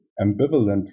ambivalent